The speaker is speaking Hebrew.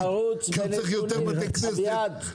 כי הוא צריך יותר בתי כנסת,